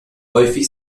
häufig